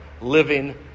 living